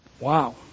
Wow